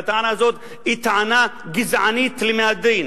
והטענה הזאת היא טענה גזענית למהדרין,